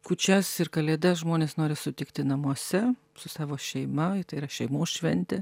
kūčias ir kalėdas žmonės nori sutikti namuose su savo šeima tai yra šeimos šventė